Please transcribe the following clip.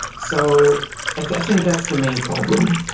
so i think that's the main problem.